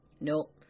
Nope